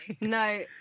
No